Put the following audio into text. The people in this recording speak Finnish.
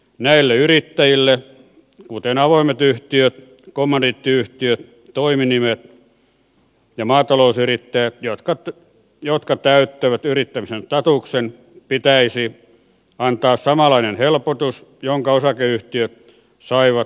näille yrittäjille kuten avoimet yhtiöt kommandiittiyhtiöt toiminimet ja maatalousyrittäjät jotka täyttävät yrittämisen statuksen pitäisi antaa samanlainen helpotus jonka osakeyhtiöt saivat yhteisöverouudistuksessa